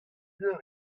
eur